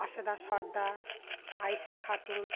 Asheda Sardar Ayesha Khatun